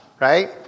right